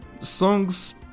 songs